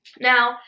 Now